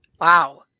Wow